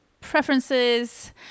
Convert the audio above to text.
preferences